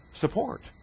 support